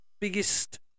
biggest